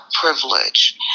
privilege